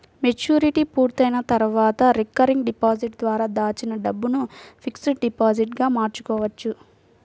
maturity పూర్తయిన తర్వాత recurring deposit ద్వారా దాచిన డబ్బును ఫిక్స్డ్ డిపాజిట్ గా మార్చుకోవచ్చు